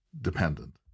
dependent